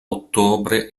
ottobre